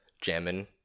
jamming